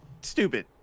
stupid